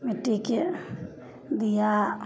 मिट्टीके दीआ